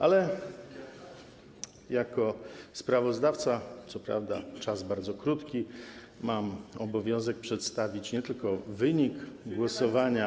Ale jako sprawozdawca - co prawda czas jest bardzo krótki - mam obowiązek przedstawić nie tylko wynik głosowania.